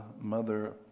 mother